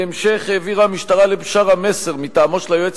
בהמשך העבירה המשטרה לבשארה מסר מטעמו של היועץ